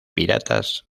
piratas